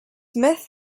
myth